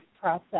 process